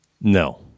No